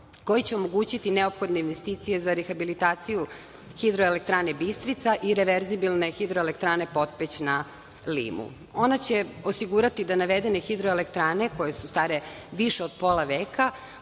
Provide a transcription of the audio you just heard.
koji će omogućiti neophodne investicije za rehabilitaciju HE „Bistrica“ i reverzibilne HE „Potpeć“ na Limu. Ona će osigurati da navedene hidroelektrane koje su stare više od pola veka